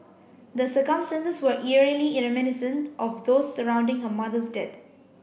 the circumstances were eerily in reminiscent of those surrounding her mother's dead